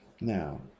Now